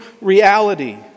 reality